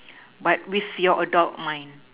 but with your adult mind